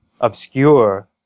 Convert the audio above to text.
obscure